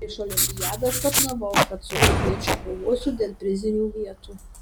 prieš olimpiadą sapnavau kad su kubiečiu kovosiu dėl prizinių vietų